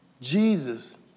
Jesus